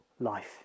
life